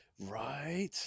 right